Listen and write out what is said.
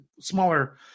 smaller